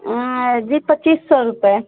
हाँ जी पच्चीस सौ रुपये